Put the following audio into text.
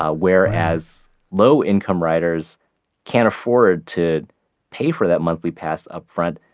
ah whereas low-income riders can't afford to pay for that monthly pass upfront.